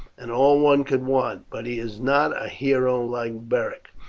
and all one could want but he is not a hero like beric.